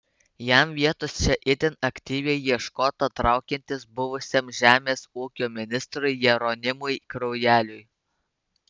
jam vietos čia itin aktyviai ieškota traukiantis buvusiam žemės ūkio ministrui jeronimui kraujeliui